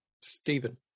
Stephen